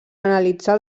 analitzar